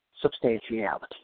substantiality